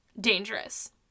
dangerous